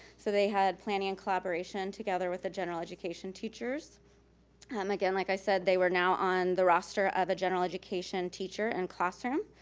so they had planning and collaboration together with the general education teachers. and um again, like i said, they were now on the roster of a general education teacher and classroom.